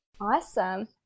Awesome